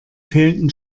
fehlten